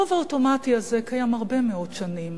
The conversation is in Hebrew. הרוב האוטומטי הזה קיים הרבה מאוד שנים,